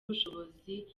ubushobozi